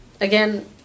again